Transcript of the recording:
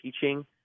teaching